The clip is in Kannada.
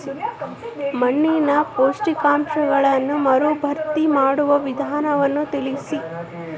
ಮಣ್ಣಿನ ಪೋಷಕಾಂಶಗಳನ್ನು ಮರುಭರ್ತಿ ಮಾಡುವ ವಿಧಾನಗಳನ್ನು ತಿಳಿಸಿ?